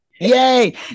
Yay